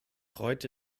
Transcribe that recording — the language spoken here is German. freut